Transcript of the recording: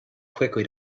quickly